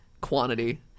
quantity